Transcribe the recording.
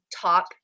top